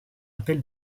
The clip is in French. appel